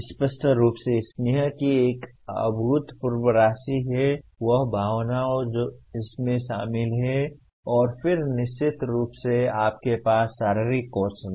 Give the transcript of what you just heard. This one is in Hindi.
स्पष्ट रूप से स्नेह की एक अभूतपूर्व राशि है वह भावना जो इसमें शामिल है और फिर निश्चित रूप से आपके पास शारीरिक कौशल है